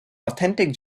authentic